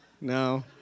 no